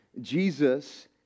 Jesus